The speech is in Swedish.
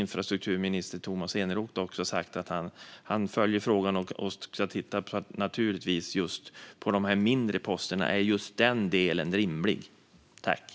Infrastrukturminister Tomas Eneroth har sagt att han följer frågan och ska titta just på detta om det är rimligt med avgift också för de mindre posterna.